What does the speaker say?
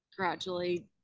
gradually